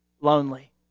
lonely